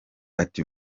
ati